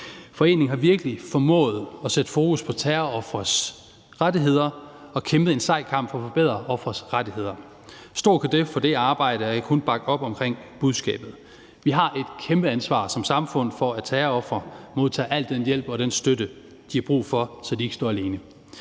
Foreningen har virkelig formået at sætte fokus på terrorofres rettigheder og kæmpet en sej kamp for at forbedre ofres rettigheder. Stor cadeau for det arbejde, og jeg kan kun bakke op omkring budskabet. Vi har et kæmpe ansvar som samfund for, at terrorofre modtager al den hjælp og støtte, de har brug for, så de ikke står alene.